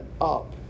up